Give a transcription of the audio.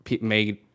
made